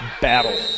battle